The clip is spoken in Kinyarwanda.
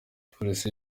polisi